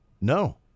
No